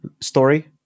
story